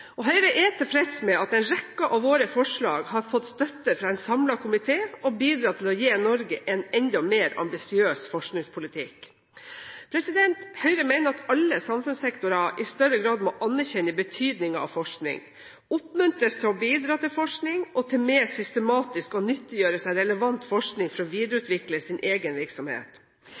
næringsliv. Høyre er tilfreds med at en rekke av våre forslag har fått støtte fra en samlet komité og bidratt til å gi Norge en enda mer ambisiøs forskningspolitikk. Høyre mener at alle samfunnssektorer i større grad må anerkjenne betydningen av forskning, oppmuntres til å bidra til forskning og til mer systematisk å nyttiggjøre seg relevant forskning for å videreutvikle sin egen virksomhet.